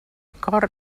cor